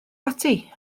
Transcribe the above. ati